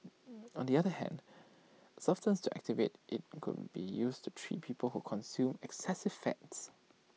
on the other hand A substance to activate IT could be used to treat people who consume excessive fats